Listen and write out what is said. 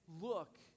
look